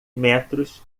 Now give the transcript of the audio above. metros